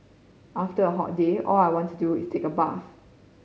after a hot day all I want to do is take a bath